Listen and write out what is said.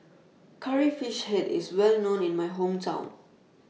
Curry Fish Head IS Well known in My Hometown